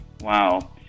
Wow